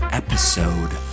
episode